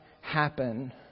happen